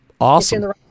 Awesome